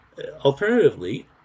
Alternatively